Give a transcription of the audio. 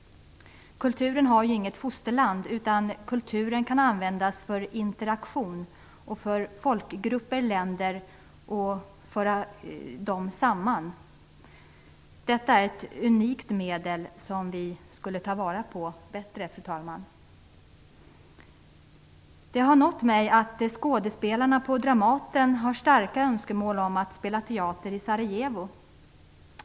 Kulturen har inget fosterland, utan kulturen kan användas för interaktion som för folkgrupper och länder samman. Detta är ett unikt medel som vi bättre borde ta vara på, fru talman. Det har nått mig att skådespelarna på Dramaten har starka önskemål om att spela teater i Sarajevo.